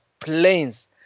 planes